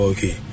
Okay